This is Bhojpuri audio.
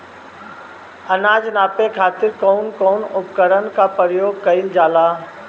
अनाज नापे खातीर कउन कउन उपकरण के प्रयोग कइल जाला?